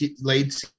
late